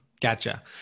gotcha